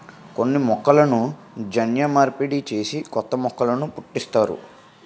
కొన్ని మొక్కలను జన్యు మార్పిడి చేసి కొత్త మొక్కలు పుట్టిస్తారు